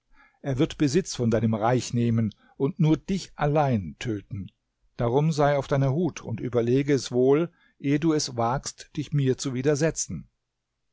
er wird besitz von deinem reich nehmen und nur dich allein töten darum sei auf deiner hut und überlege es wohl ehe du es wagst dich mir zu widersetzen